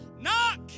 Knock